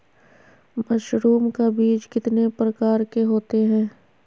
Mushroom का बीज कितने प्रकार के होते है?